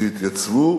שהתייצבו